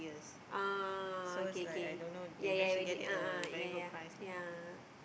ah okay okay ya ya a'ah ya ya ya